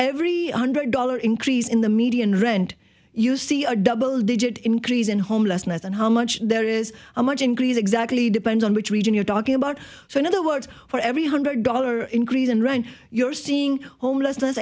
every under a dollar increase in the median rent you see a double digit increase in homelessness and how much there is a much increase exactly depends on which region you're talking about so in other words for every hundred dollar increase in run you're seeing homelessness